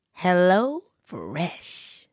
HelloFresh